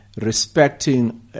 respecting